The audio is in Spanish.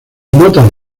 notas